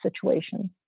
situation